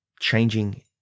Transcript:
changing